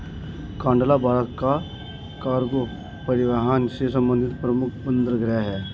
कांडला भारत का कार्गो परिवहन से संबंधित प्रमुख बंदरगाह है